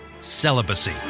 celibacy